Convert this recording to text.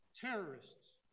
terrorists